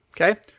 okay